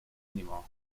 anymore